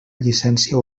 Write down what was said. llicència